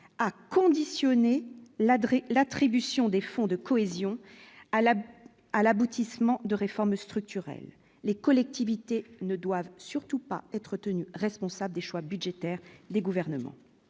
l'adresse, l'attribution des fonds de cohésion à la à l'aboutissement de réformes structurelles, les collectivités ne doivent surtout pas être tenus responsables des choix budgétaires des gouvernements